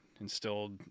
instilled